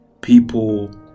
People